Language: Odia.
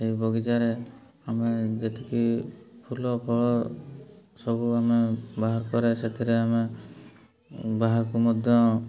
ସେଇ ବଗିଚାରେ ଆମେ ଯେତିକି ଫୁଲ ଫଳ ସବୁ ଆମେ ବାହାର କରେ ସେଥିରେ ଆମେ ବାହାରକୁ ମଧ୍ୟ